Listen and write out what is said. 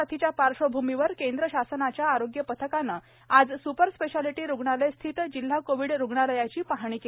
corona साथीच्या पार्श्वभूमीवर केंद्र शासनाच्या आरोग्य पथकाने आज सुपर स्पेशालिटी रुग्णालय स्थित जिल्हा कोविड रुग्णालयाची पाहणी केली